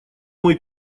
мой